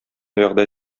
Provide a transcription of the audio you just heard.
вәгъдә